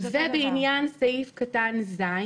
ובעניין סעיף קטן (ז)